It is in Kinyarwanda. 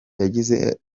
yagize